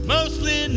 Mostly